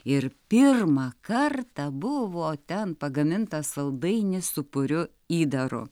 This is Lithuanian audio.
ir pirmą kartą buvo ten pagamintas saldainis su puriu įdaru